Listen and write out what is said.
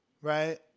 right